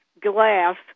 glass